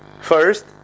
first